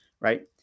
right